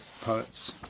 poets